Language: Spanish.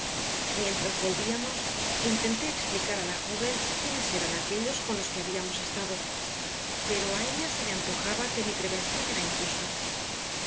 mientras volvíamos intenté explicar a la joven quiénes eran aquellos con los que habíamos estado pero a ella se le antojaba que mi prevención era injusta